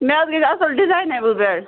مےٚ حظ گژھ اَصٕل ڈِزاینبٕل بٮ۪ڈ